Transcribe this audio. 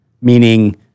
meaning